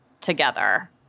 together